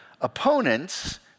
Opponents